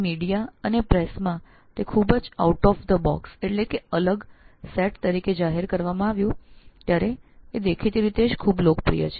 media અને અખબારમાં તે ખૂબ જ અલગ તરીકે જાહેર કરવામાં આવ્યું ત્યારે આ દેખીતી રીતે ખૂબ જ લોકપ્રિય થયું